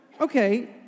Okay